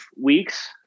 weeks